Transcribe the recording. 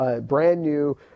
brand-new